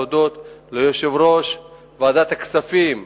להודות ליושב-ראש ועדת הכספים,